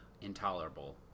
intolerable